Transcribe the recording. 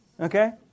Okay